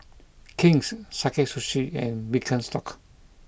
King's Sakae Sushi and Birkenstock